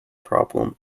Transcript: problem